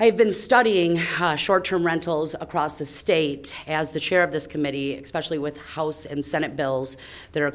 i have been studying short term rentals across the state as the chair of this committee specially with house and senate bills that are